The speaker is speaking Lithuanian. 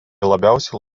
labiausiai